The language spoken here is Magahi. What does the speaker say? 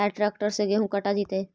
का ट्रैक्टर से गेहूं कटा जितै?